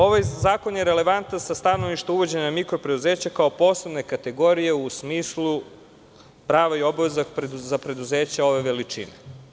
Ovaj zakon je relevantan sa stanovišta uvođenja mikropreduzeća kao poslovne kategorije u smislu prava i obaveza preduzeća ove veličine.